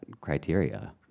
criteria